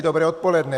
Dobré odpoledne.